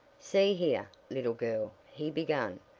see here, little girl, he began,